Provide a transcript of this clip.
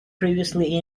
previously